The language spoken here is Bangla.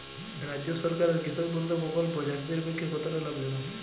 রাজ্য সরকারের কৃষক বন্ধু প্রকল্প চাষীদের পক্ষে কতটা লাভজনক?